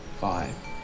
five